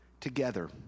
together